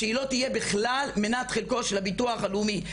שהיא לא תהיה בכלל מנת חלקו של הביטוח לאומי,